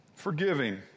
forgiving